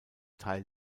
teil